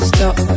Stop